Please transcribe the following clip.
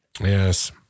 Yes